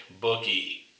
bookie